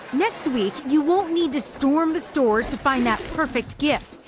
next week, you won't need to storm the stores to find that perfect gift.